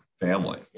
family